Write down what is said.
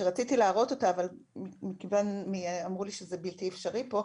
שרציתי להראות אותה אבל אמרו לי שזה בלתי אפשרי פה,